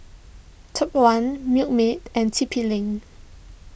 Top one Milkmaid and T P Link